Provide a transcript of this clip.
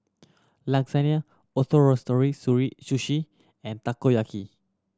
Lasagne Ootoro Sushi and Takoyaki